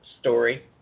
story